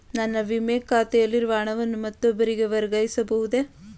ನನ್ನ ವಿಮೆ ಖಾತೆಯಲ್ಲಿನ ಹಣವನ್ನು ಮತ್ತೊಬ್ಬರಿಗೆ ವರ್ಗಾಯಿಸ ಬಹುದೇ?